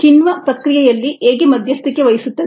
ಕಿಣ್ವ ಪ್ರಕ್ರಿಯೆಯಲ್ಲಿ ಹೇಗೆ ಮಧ್ಯಸ್ಥಿಕೆ ವಹಿಸುತ್ತದೆ